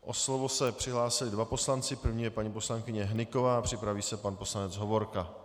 O slovo se přihlásili dva poslanci, první je paní poslankyně Hnyková, připraví se pan poslanec Hovorka.